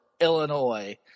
Illinois